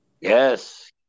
Yes